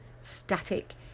static